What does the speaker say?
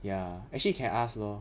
ya actually can ask lor